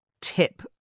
tip